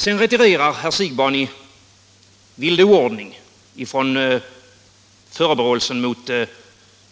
Sedan retirerar herr Siegbahn i vild oordning från förebråelsen mot